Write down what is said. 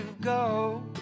go